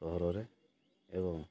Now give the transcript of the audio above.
ସହରରେ ଏବଂ